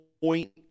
point